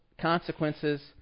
consequences